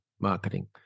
marketing